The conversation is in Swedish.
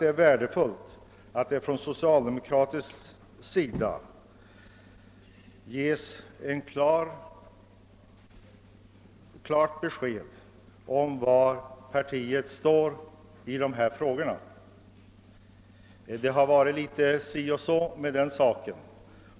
Det är värdefullt att från socialdemokratisk sida lämnas klart besked om var partiet står härvidlag. Tidigare har det varit si och så därmed.